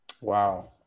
Wow